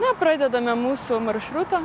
na pradedame mūsų maršrutą